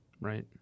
Right